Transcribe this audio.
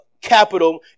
capital